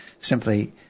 simply